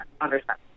Understand